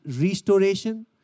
restoration